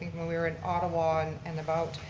when we were in ottawa and about,